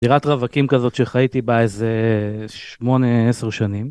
דירת רווקים כזאת שחייתי בה איזה... שמונה - עשר שנים.